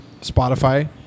Spotify